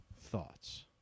Thoughts